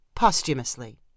Posthumously